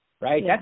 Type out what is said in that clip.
right